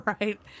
Right